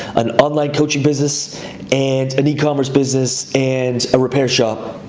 an online coaching business and an ecommerce business and a repair shop,